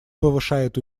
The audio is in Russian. повышает